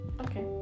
Okay